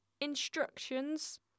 instructions